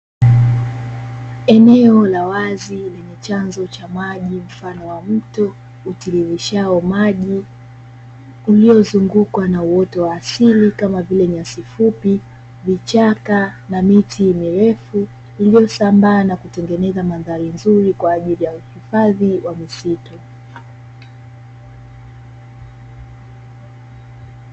Eneo la wazi lenye chanzo cha maji mfano wa mto utiririshao maji, Uliozungukwa na uoto wa asili kama vile Nyasi fupi, Vichaka na Miti mirefu. Iliyosambaa na kutengeneza mandhari nzuri kwaajili ya hifadhi ya misitu.